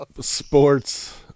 sports